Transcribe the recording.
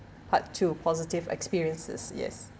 part two positive experiences yes